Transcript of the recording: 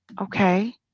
Okay